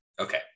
okay